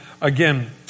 again